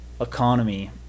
economy